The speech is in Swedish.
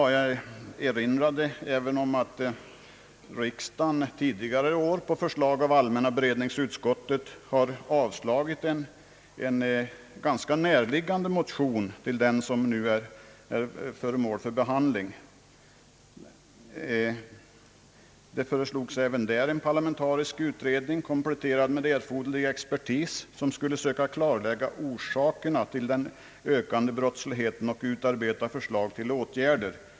Jag erinrar också om att riksdagen tidigare i år på hemställan av allmänna beredningsutskottet har avslagit en motion som ganska nära ansluter till den vi nu behandlar. Även där föreslogs en parlamentarisk utredning kompletterad med erforderlig expertis, som skulle söka klarlägga orsakerna till den ökande brottsligheten och utarbeta förslag till åtgärder.